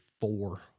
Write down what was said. four